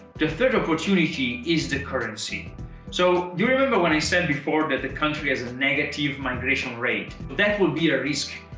the third opportunity is the currency do so you remember when i said before that the country has a negative migration rate? but that would be a risk,